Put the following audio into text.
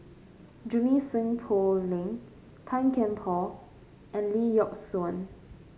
Junie Sng Poh Leng Tan Kian Por and Lee Yock Suan